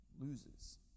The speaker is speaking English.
loses